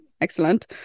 Excellent